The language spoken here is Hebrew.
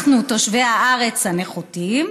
אנחנו, תושבי הארץ הנחותים,